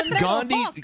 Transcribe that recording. Gandhi